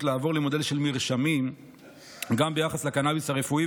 לעבור למודל של מרשמים גם ביחס לקנביס הרפואי,